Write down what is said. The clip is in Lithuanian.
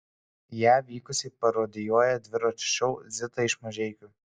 ją vykusiai parodijuoja dviračio šou zita iš mažeikių